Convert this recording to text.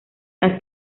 las